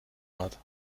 hat